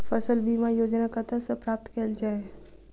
फसल बीमा योजना कतह सऽ प्राप्त कैल जाए?